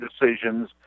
decisions